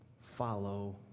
follow